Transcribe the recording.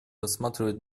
рассматривать